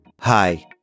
Hi